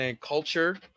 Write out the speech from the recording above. culture